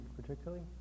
particularly